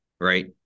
right